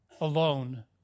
alone